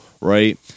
right